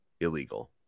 illegal